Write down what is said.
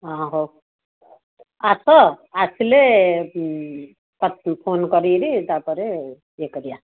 ହଁ ହଉ ଆସ ଆସିଲେ ଫୋନ୍ କରିକରି ତା'ପରେ ଇଏ କରିବା